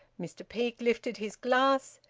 mr peake lifted his glass,